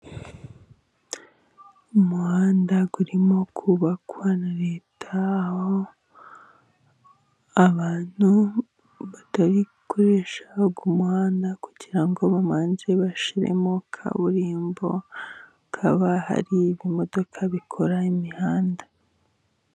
Umuhanda urimo kubakwa na leta, aho abantu batari gukoresha umuhanda kugira ngo bamanze bashyiremo kaburimbo, hakaba hari ibimodoka bikora imihanda.